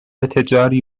تجاری